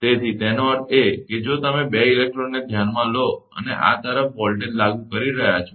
તેથી તેનો અર્થ એ કે જો તમે 2 ઇલેક્ટ્રોડને ધ્યાનમાં લો અને તમે આ તરફ વોલ્ટેજ લાગુ કરી રહ્યા છો